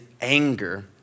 anger